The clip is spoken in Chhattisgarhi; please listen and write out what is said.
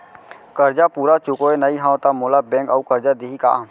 करजा पूरा चुकोय नई हव त मोला बैंक अऊ करजा दिही का?